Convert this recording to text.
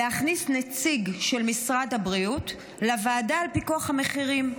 להכניס נציג של משרד הבריאות לוועדה לפיקוח על המחירים.